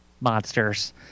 monsters